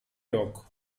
yok